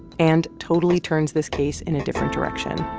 and totally turns this case in a different direction.